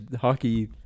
hockey